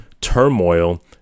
turmoil